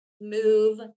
move